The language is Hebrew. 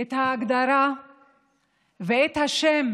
את ההגדרה ואת השם